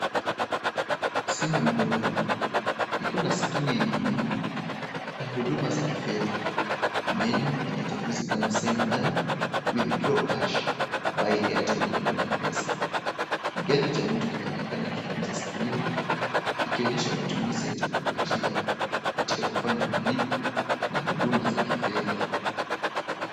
Simu ya mkononi ikiwa na skrini yenye menyu ya huduma za kifedha, menyu ina chaguzi kama send money, withdraw cash, buy airtime na Lipa na Mpesa, kiganja cha mtu kinaonekana kikigusa skrini, ikionyesha matumizi ya teknolojia katika kufanya malipo na huduma za kifedha.